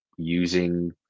using